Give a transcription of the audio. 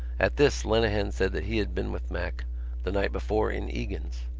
at this lenehan said that he had been with mac the night before in egan's.